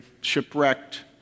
Shipwrecked